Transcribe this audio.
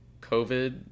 COVID